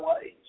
ways